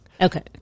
Okay